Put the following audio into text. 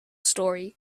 story